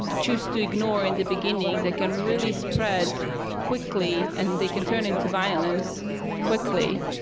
chose to ignore in the beginning that can really spread quickly and they can turn into violence quickly.